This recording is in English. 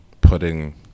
putting